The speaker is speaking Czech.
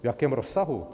V jakém rozsahu?